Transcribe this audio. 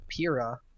Pira